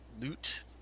loot